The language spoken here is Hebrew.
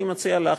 אני מציע לך,